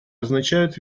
означает